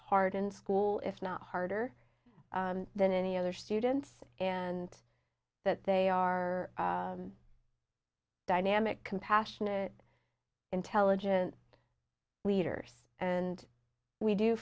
hard in school if not harder than any other students and that they are dynamic compassionate intelligent wieters and we do